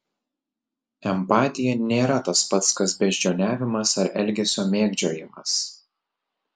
empatija nėra tas pat kas beždžioniavimas ar elgesio mėgdžiojimas